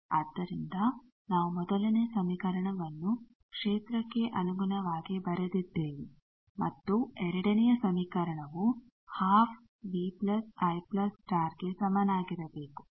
ಆದ್ದರಿಂದ ನಾವು ಮೊದಲನೇ ಸಮೀಕರಣವನ್ನು ಕ್ಷೇತ್ರಕ್ಕೆ ಅನುಗುಣವಾಗಿ ಬರೆದಿದ್ದೇವೆ ಮತ್ತು ಎರಡನೆಯ ಸಮೀಕರಣವು ಗೆ ಸಮನಾಗಿರಬೇಕು